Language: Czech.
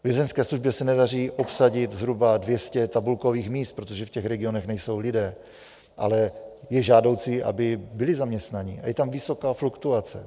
Vězeňské službě se nedaří obsadit zhruba dvě stě tabulkových míst, protože v těch regionech nejsou lidé, ale je žádoucí, aby byli zaměstnaní, a je tam vysoká fluktuace.